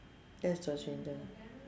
that's the strangest